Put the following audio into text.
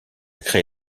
créé